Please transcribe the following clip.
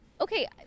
Okay